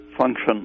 function